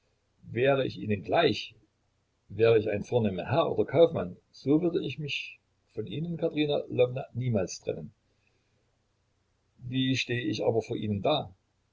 wäre ich ihnen gleich wäre ich ein vornehmer herr oder kaufmann so würde ich mich von ihnen katerina lwowna niemals trennen wie stehe ich aber vor ihnen da